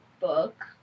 book